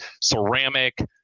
ceramic